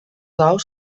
ous